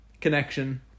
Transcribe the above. connection